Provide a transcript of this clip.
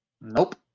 Nope